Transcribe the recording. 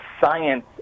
science